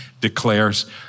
declares